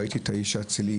ראיתי את האיש האצילי,